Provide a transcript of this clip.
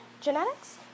genetics